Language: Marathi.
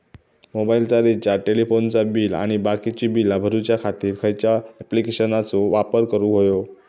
मोबाईलाचा रिचार्ज टेलिफोनाचा बिल आणि बाकीची बिला भरूच्या खातीर खयच्या ॲप्लिकेशनाचो वापर करूक होयो?